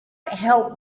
help